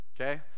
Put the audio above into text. okay